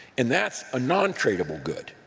and that's a non-tradable good.